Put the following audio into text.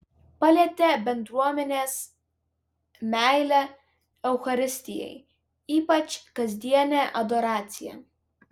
palietė bendruomenės meilė eucharistijai ypač kasdienė adoracija